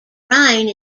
rhine